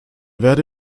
werde